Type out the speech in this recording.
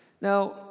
Now